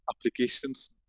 applications